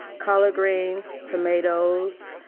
collard greens, tomatoes,